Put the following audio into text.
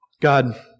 God